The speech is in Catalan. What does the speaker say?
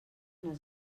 les